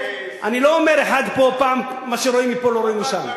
אני לא אומר שמה שרואים מפה לא רואים משם,